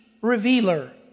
revealer